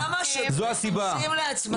גם, אבל למה השוטרים מרשים לעצמם?